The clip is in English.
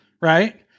right